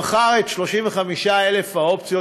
שמכר את 35,000 האופציות,